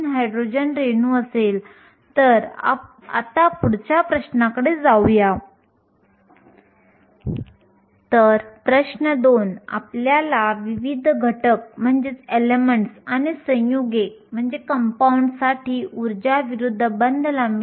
तर मी फक्त योजनाबद्धपणे सिलिकॉनचा एक घन दाखवतो आपल्याकडे इलेक्ट्रॉन आहेत आपल्याकडे छिद्रे आहेत आपण इलेक्ट्रिक क्षेत्र लावू